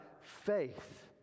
faith